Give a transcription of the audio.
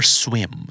swim